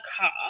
car